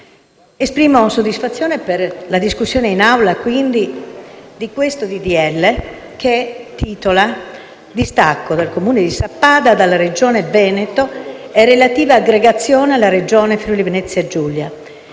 Esprimo soddisfazione per la discussione in Aula del disegno di legge n. 951, «Distacco del comune di Sappada dalla Regione Veneto e relativa aggregazione alla Regione Friuli-Venezia Giulia»,